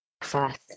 first